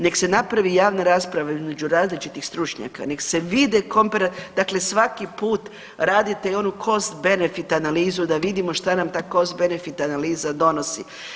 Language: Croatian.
Nek se napravi javna rasprava između različitih stručnjaka, nek se vide .../nerazumljivo/... dakle svaki put radite i onu cost benefit analizu, da vidimo šta nam ta cost benefit analiza donosi.